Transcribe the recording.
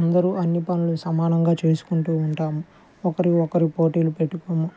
అందరు అన్నీ పనులు సమానంగా చేసుకుంటూ ఉంటాము ఒకరికొకరు పోటీలు పెట్టుకోము